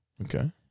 Okay